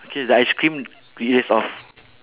K the ice cream erase off